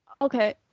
Okay